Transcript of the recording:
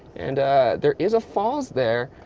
and there is a falls there.